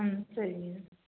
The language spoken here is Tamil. ம் சரிங்க